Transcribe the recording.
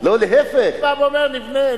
אני בא ואומר: נבנה,